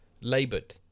laboured